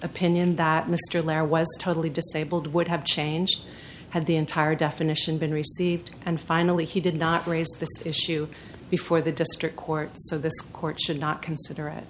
opinion that mr lehrer was totally disabled would have changed had the entire definition been received and finally he did not raise this issue before the district court so this court should not consider at